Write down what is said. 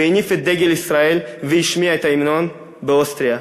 הניף את דגל ישראל והשמיע את ההמנון באוסטריה,